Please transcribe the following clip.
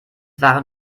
waren